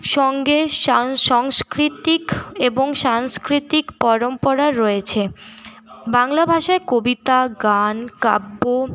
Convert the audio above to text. সঙ্গে সংস্কৃতিক এবং সাংস্কৃতিক পরম্পরা রয়েছে বাংলা ভাষায় কবিতা গান কাব্য